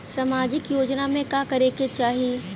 सामाजिक योजना में का काम करे के चाही?